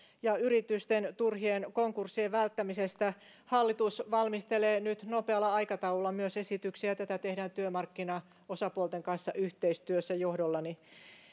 ja yritysten turhien konkurssien välttämisestä hallitus valmistelee nyt nopealla aikataululla myös esityksiä tätä tehdään työmarkkinaosapuolten kanssa yhteistyössä johdollani